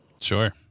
Sure